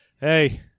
hey